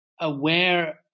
aware